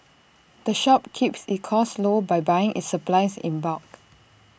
the shop keeps its costs low by buying its supplies in bulk